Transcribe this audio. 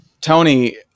Tony